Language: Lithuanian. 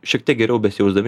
šiek tiek geriau besijausdami